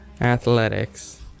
athletics